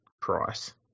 price